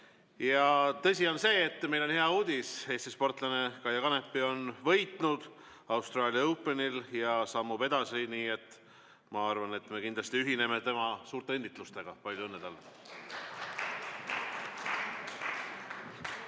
Tõsi on see, et meil on hea uudis: Eesti sportlane Kaia Kanepi on võitnud Australian Openil ja sammub edasi. Nii et ma arvan, et me kindlasti ühineme õnnitlustega. Palju õnne